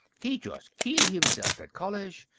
he jus' keel himself at college.